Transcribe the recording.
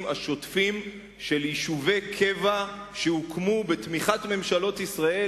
השוטפים של יישובי קבע שהוקמו בתמיכת ממשלות ישראל,